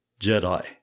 Jedi